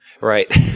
Right